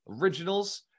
originals